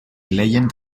legend